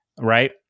right